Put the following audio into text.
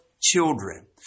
children